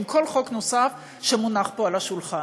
עם כל חוק נוסף שמונח פה על השולחן.